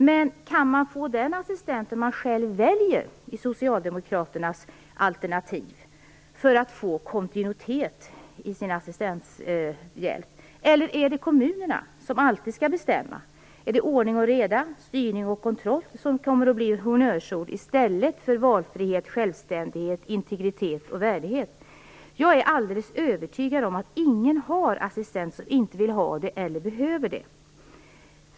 Men kan man i socialdemokraternas alternativ få den assistent man själv väljer för att få kontinuitet i sin assistenthjälp? Är det kommunerna som alltid skall bestämma? Är det ordning och reda, styrning och kontroll, som kommer att bli honnörsord i stället för valfrihet, självständighet, integritet och värdighet? Jag är alldeles övertygad om att ingen som inte vill ha det eller behöver det har assistans.